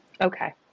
okay